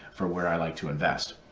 for where i like to invest.